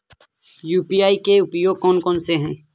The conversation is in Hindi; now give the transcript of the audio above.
यू.पी.आई के उपयोग कौन कौन से हैं?